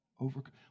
overcome